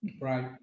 Right